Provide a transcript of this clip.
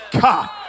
God